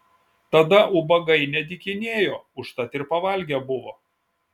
tada ubagai nedykinėjo užtat ir pavalgę buvo